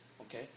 okay